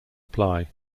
apply